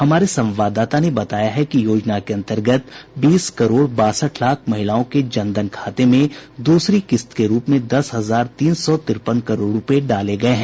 हमारे संवाददाता ने बताया है कि योजना के अंतर्गत बीस करोड़ बासठ लाख महिलाओं के जनधन खाते में दूसरी किस्त के रूप में दस हजार तीन सौ तिरपन करोड रूपये डाले गए हैं